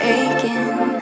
aching